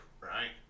right